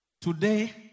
Today